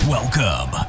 Welcome